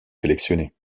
sélectionner